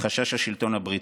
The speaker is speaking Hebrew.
מחשש מהשלטון הבריטי.